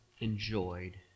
enjoyed